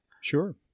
Sure